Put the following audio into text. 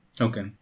okay